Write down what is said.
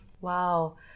Wow